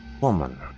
woman